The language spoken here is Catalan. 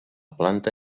planta